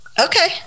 Okay